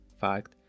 fact